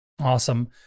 Awesome